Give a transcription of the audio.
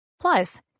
Plus